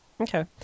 Okay